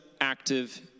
active